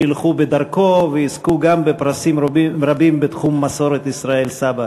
שילכו בדרכו ויזכו גם בפרסים רבים בתחום מסורת ישראל סבא.